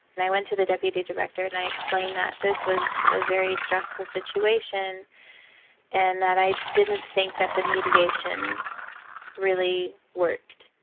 and i went to the wd director and i explained that this was a very stressful situation and that i didn't think that the mediation really worked.